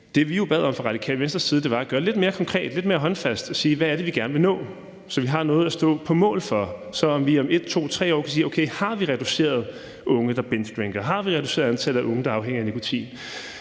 Det, vi jo bad om fra Radikale Venstres side, var at gøre det lidt mere konkret og lidt mere håndfast og sige, hvad det er, vi gerne vil nå, så vi har noget at stå på mål for, og så vi om 1, 2 eller 3 år kan se, om vi har reduceret antallet af unge, der bingedrinker, og om vi har reduceret antallet af unge, der er afhængige af nikotin.